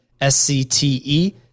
SCTE